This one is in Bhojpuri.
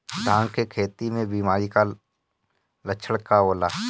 धान के खेती में बिमारी का लक्षण का होला?